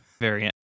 variant